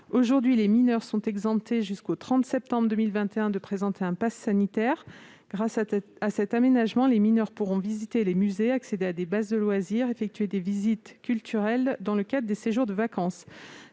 2021, les mineurs sont exemptés de présenter un passe sanitaire. Grâce à cet aménagement, les mineurs pourront visiter des musées, accéder à des bases de loisirs et effectuer des visites culturelles dans le cadre de séjours de vacances.